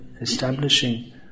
establishing